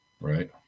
Right